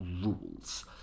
rules